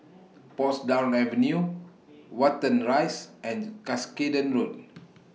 Portsdown Avenue Watten Rise and Cuscaden Road